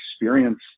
experience